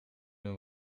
hun